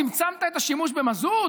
צמצמת את השימוש במזוט?